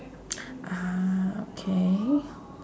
ah okay